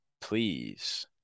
please